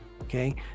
okay